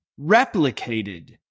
replicated